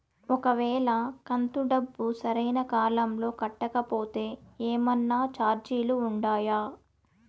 ఒక వేళ కంతు డబ్బు సరైన కాలంలో కట్టకపోతే ఏమన్నా చార్జీలు ఉండాయా?